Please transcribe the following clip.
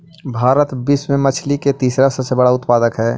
भारत विश्व में मछली के तीसरा सबसे बड़ा उत्पादक हई